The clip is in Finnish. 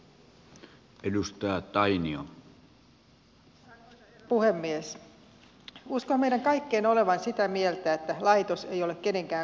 uskon meidän kaikkien olevan sitä mieltä että laitos ei ole kenenkään koti